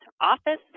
office